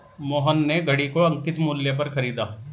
मोहन ने घड़ी को अंकित मूल्य पर खरीदा